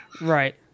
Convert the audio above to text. Right